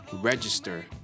register